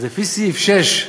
אז לפי סעיף 6,